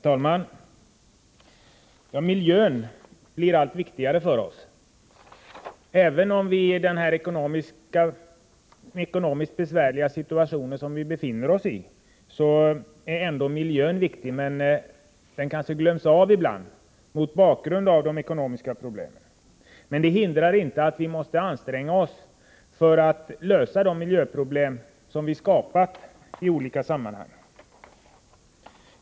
Herr talman! Miljön blir allt viktigare för oss. Även i den besvärliga ekonomiska situation som vi befinner oss i är miljön viktig, men detta kanske glöms bort ibland mot bakgrund av de ekonomiska problemen. Detta hindrar inte att vi måste anstränga oss för att lösa de miljöproblem som vi har skapat i olika sammanhang.